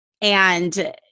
And-